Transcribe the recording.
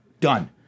Done